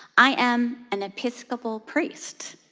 i am an episcopal priest.